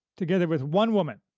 together with one woman,